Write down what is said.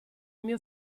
mio